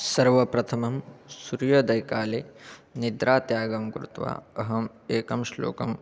सर्वप्रथमं सुर्योदयकाले निद्रात्यागं कृत्वा अहम् एकं श्लोकं